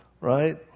Right